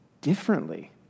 differently